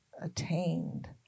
attained